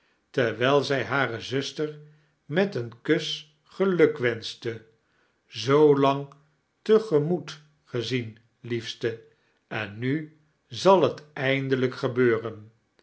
terwijl zij hare zuster met een kus gelukwenechte zoo lang te gemoet geziein liefste en nu zal t eindelijk gebeuren